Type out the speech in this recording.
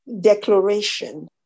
declaration